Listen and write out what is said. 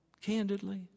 Candidly